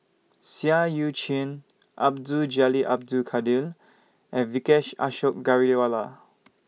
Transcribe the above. Seah EU Chin Abdul Jalil Abdul Kadir and Vijesh Ashok Ghariwala